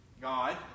God